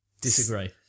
Disagree